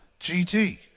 GT